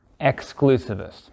Exclusivist